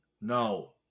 No